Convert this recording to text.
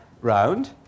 round